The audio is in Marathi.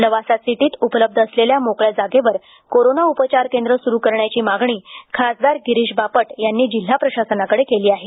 लवासा सिटीतही उपलब्ध असलेल्या मोकळ्या जागांवर कोरोना उपचार केंद्र सुरू करण्याची मागणी खासदार गिरीश बापट यांनी जिल्हा प्रशासनाकडे केली आहे